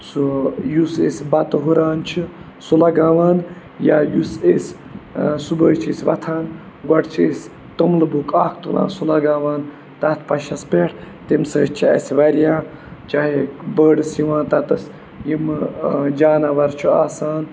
سُہ یُس أسۍ بَتہٕ ہُران چھِ سُہ لَگاوان یا یُس أسۍ صُبحٲے چھِ أسۍ وۄتھان گۄڈٕ چھِ أسۍ توٚملہٕ بُک اَکھ تُلان سُہ لَگاوان تَتھ پَشَس پٮ۪ٹھ تیٚمہِ سۭتۍ چھِ اَسہِ واریاہ چاہے بٲڈٕس یِوان تَتٮ۪تھ یِمہٕ جانوَر چھُ آسان